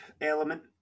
element